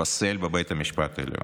ייפסל בבית המשפט העליון,